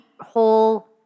whole